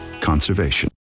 conservation